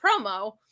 promo